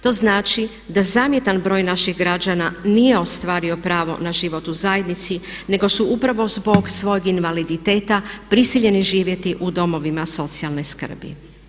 To znači da zamjetan broj naših građana nije ostvario pravo na život u zajednici nego su upravo zbog svog invaliditeta prisiljeni živjeti u domovima socijalne skrbi.